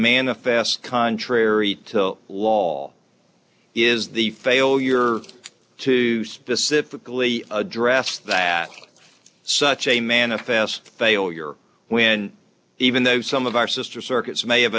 manifest contrary to the law is the failure to specifically address that such a manifest failure when even though some of our sister circuits may have